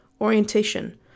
Orientation